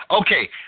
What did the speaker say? Okay